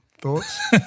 thoughts